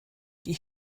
die